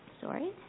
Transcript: sorry